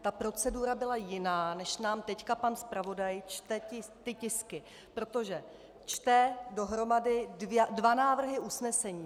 Ta procedura byla jiná, než nám teď pan zpravodaj čte ty tisky, protože čte dohromady dva návrhy usnesení.